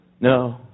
No